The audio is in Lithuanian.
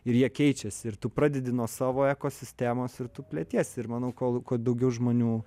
ir jie keičiasi ir tu pradedi nuo savo ekosistemos ir tu pletiesi ir manau kol kuo daugiau žmonių